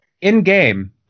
In-game